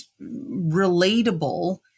relatable